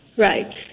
Right